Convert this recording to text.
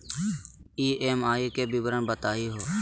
EMI के विवरण बताही हो?